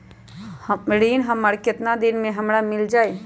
ऋण हमर केतना दिन मे हमरा मील जाई?